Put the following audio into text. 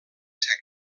seca